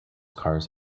cars